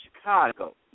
Chicago